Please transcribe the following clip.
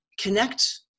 connect